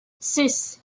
six